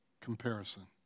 comparison